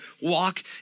walk